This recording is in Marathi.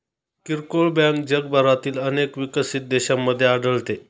किरकोळ बँक जगभरातील अनेक विकसित देशांमध्ये आढळते